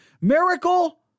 miracle